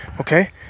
okay